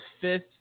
fifth